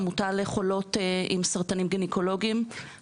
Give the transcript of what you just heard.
עמותה לחולות עם סרטנים גניקולוגיים,